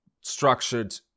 structured